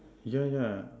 yeah yeah